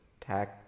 tag